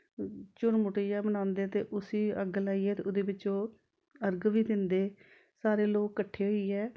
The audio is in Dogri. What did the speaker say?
झुरमुट जनेहा बनांदे ते उस्सी अग्ग लाइयै ते ओह्दे बिच्च ओह् अर्घ बी दिंदे सारे लोक कट्ठे होइयै